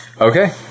Okay